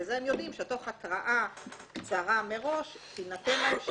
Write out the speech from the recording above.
וזה הם יודעים שתוך הקראה קצרה מראש תינתן להם שעה מדויקת.